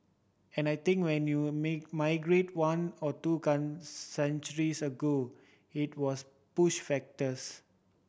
and I think when you migrated one or two centuries ago it was push factors